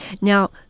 Now